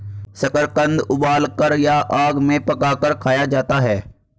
शकरकंद उबालकर या आग में पकाकर खाया जाता है